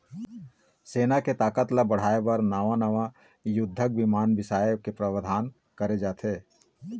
सेना के ताकत ल बढ़ाय बर नवा नवा युद्धक बिमान बिसाए के प्रावधान करे जाथे